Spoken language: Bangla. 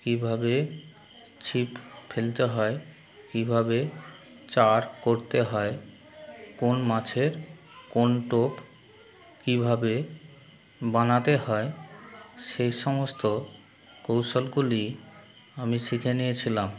কীভাবে ছিপ ফেলতে হয় কীভাবে চার করতে হয় কোন মাছের কোন টোপ কীভাবে বানাতে হয় সে সমস্ত কৌশলগুলি আমি শিখে নিয়েছিলাম